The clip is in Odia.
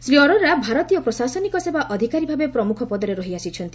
ଶ୍ରୀ ଅରୋଡ଼ା ଭାରତୀୟ ପ୍ରଶାସନିକ ସେବା ଅଧିକାରୀ ଭାବେ ପ୍ରମୁଖ ପଦରେ ରହି ଆସିଛନ୍ତି